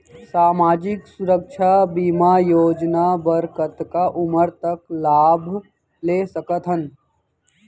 सामाजिक सुरक्षा बीमा योजना बर कतका उमर तक लाभ ले सकथन?